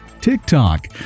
TikTok